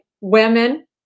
Women